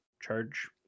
Charge